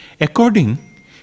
According